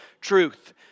truth